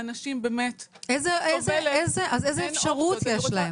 אנשים באמת --- אז איזה אפשרות יש להם?